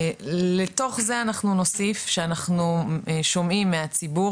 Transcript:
לתוך זה אנחנו נוסיף שאנחנו שומעים מהציבור